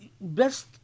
best